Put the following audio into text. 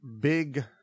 big